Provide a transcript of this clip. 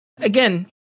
again